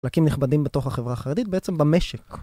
חלקים נכבדים בתוך החברה החרדית בעצם במשק